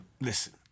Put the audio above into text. Listen